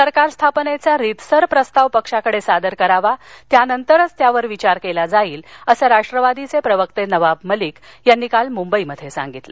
सरकार स्थापनेघा रीतसर प्रस्ताव पक्षाकडे सादर करावा त्यानंतर त्यावर विचार केला जाईल असं राष्ट्रवादीचे प्रवक्ते नवाब मलिक यांनी काल मुंबईत सांगितलं